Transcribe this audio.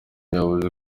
yavuze